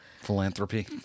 philanthropy